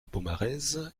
pomarez